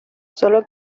solo